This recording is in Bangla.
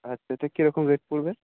আচ্ছা তা কিরকম রেট পড়বে